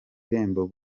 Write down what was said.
irembo